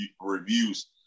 reviews